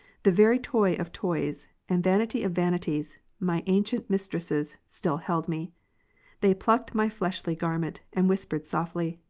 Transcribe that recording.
the very toys of toys, and vanities of vanities, my ancient mistresses, still held me they plucked my fleshly garment, and whispered softly,